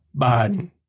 Biden